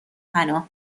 پناه